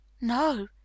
No